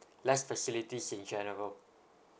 less facilities in general